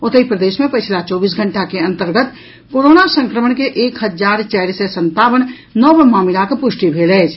ओतहि प्रदेश मे पछिला चौबीस घंटा के अंतर्गत कोरोना संक्रमण के एक हजार चारि सय संतावन नव मामिलाक पुष्टि भेल अछि